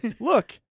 Look